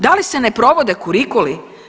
Da li se ne provode kurikuli?